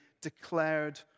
declared